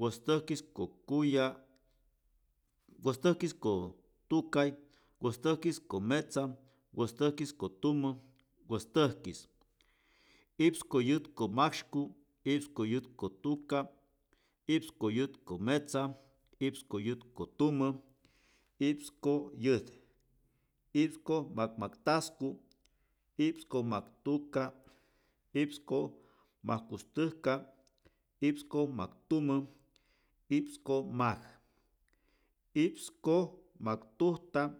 wäjstäjkis ko kuya' wäjstäjkis ko tukay wäjstäjkis ko metza wäjstäjkis ko tumä wästäjkis i’ps ko yäjt ko maksyku i’ps ko yäjt ko tuka i’ps ko yäjt ko metza i’ps ko yäjt ko tumä i’ps ko yäjt i’ps ko majkmaktasku i’ps ko mak tuka i’ps ko majkustäjka i’ps ko majk tumä i’ps ko majk i’ps ko majktujta